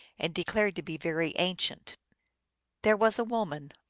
and declared to be very ancient there was a woman,